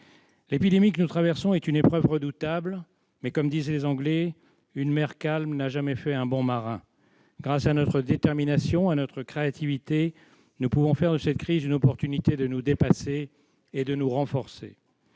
L'épidémie que nous traversons est une épreuve redoutable, mais, comme le disent les Anglais, une mer calme n'a jamais fait un bon marin ... Grâce à notre détermination et à notre créativité, nous pouvons faire de cette crise une opportunité de nous dépasser et de nous renforcer.